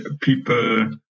people